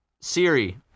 Siri